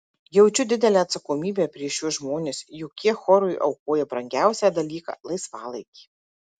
jaučiu didelę atsakomybę prieš šiuos žmones juk jie chorui aukoja brangiausią dalyką laisvalaikį